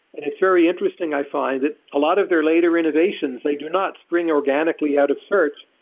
and it's very interesting, i find, that a lot of their later innovations, they do not spring organically out of search.